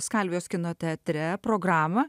skalvijos kino teatre programą